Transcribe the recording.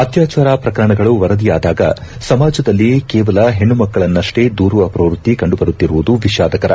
ಅತ್ಯಾಚಾರ ಪ್ರಕರಣಗಳು ವರದಿಯಾದಾಗ ಸಮಾಜದಲ್ಲಿ ಕೇವಲ ಹೆಣ್ಣಮಕ್ಕಳನ್ನಷ್ಷೇ ದೂರುವ ಪ್ರವೃತ್ತಿ ಕಂಡುಬರುತ್ತಿರುವುದು ವಿಷಾದಕರ